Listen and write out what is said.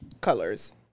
Colors